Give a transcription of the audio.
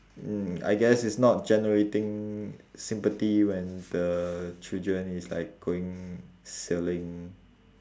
mm I guess it's not generating sympathy when the children is like going sailing